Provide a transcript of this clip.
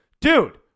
Dude